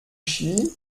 ski